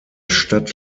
stadt